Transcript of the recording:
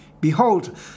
Behold